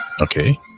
Okay